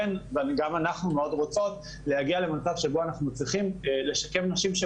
כן וגם אנחנו מאוד רוצות להגיע למצב שבו אנחנו צריכים לשקם נשים,